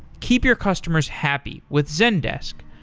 keep your customers happy with zendesk.